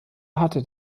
hatte